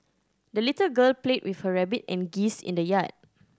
the little girl played with her rabbit and geese in the yard